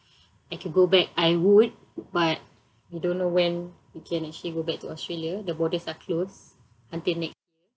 I can go back I would but I don't know when we can actually go back to australia the borders are closed until next